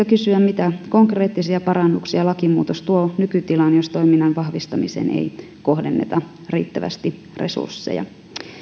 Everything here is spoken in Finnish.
kysyä mitä konkreettisia parannuksia lakimuutos tuo nykytilaan jos toiminnan vahvistamiseen ei kohdenneta riittävästi resursseja